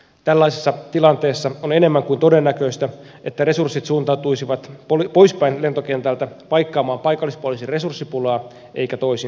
tällaisessa tilanteessa on enemmän kuin todennäköistä että resurssit suuntautuisivat poispäin lentokentältä paikkaamaan paikallispoliisin resurssipulaa eikä toisinpäin